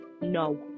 no